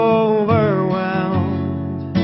overwhelmed